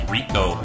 Rico